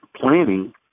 planning